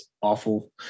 awful